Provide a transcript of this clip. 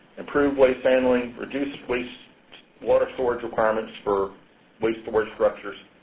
improve waste handling, reduce waste water storage requirements for waste storage structures.